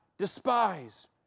despise